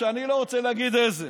אני לא רוצה להגיד איזה.